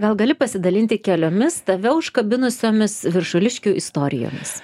gal gali pasidalinti keliomis tave užkabinusiomis viršuliškių istorijomis